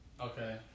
Okay